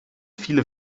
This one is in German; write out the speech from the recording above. viele